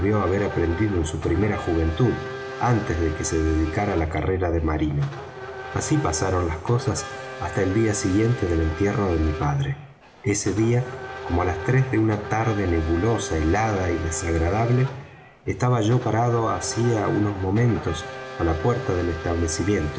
haber aprendido en su primera juventud antes de que se dedicara á la carrera de marino así pasaron las cosas hasta el día siguiente del entierro de mi padre ese día como á las tres de una tarde nebulosa helada y desagradable estaba yo parado hacía unos momentos á la puerta del establecimiento